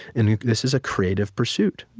and this is a creative pursuit,